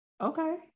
Okay